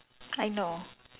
I know